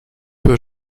peu